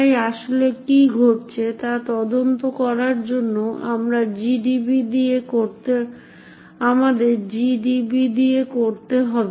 তাই আসলে কি ঘটছে তা তদন্ত করার জন্য আমাদের জিডিবি দিয়ে করতে হবে